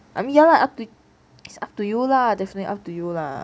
I mean ya lah it's up to you lah definitely up to you lah